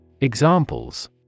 Examples